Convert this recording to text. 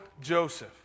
Joseph